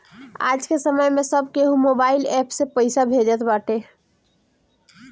आजके समय में सब केहू मोबाइल एप्प से पईसा भेजत बाटे